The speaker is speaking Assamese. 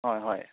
হয় হয়